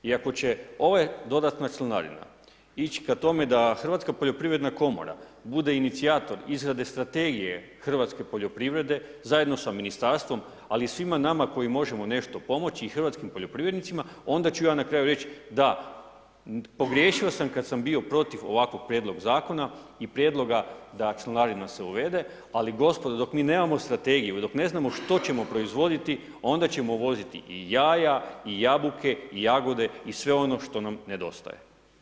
I ako će ova dodatna članarina ići ka tome da Hrvatska poljoprivredna komora bude inicijator izrade strategije hrvatske poljoprivrede zajedno sa Ministarstvom, ali i svim nama koji možemo nešto pomoći hrvatskim poljoprivrednicima, onda ću ja na kraju reći, da, pogriješio sam kad sam bio protiv ovakvog Prijedloga zakona i prijedloga da članarina se uvede, ali gospodo, dok mi nemamo strategiju, dok ne znamo što ćemo proizvoditi, onda ćemo uvoziti i jaja i jabuke i jagode i sve one što nam nedostaje.